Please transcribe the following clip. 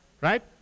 right